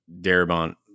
Darabont